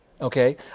okay